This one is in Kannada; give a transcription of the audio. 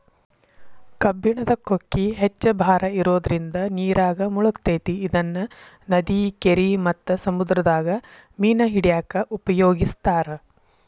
ಕಬ್ಬಣದ ಕೊಕ್ಕಿ ಹೆಚ್ಚ್ ಭಾರ ಇರೋದ್ರಿಂದ ನೇರಾಗ ಮುಳಗತೆತಿ ಇದನ್ನ ನದಿ, ಕೆರಿ ಮತ್ತ ಸಮುದ್ರದಾಗ ಮೇನ ಹಿಡ್ಯಾಕ ಉಪಯೋಗಿಸ್ತಾರ